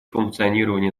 функционирование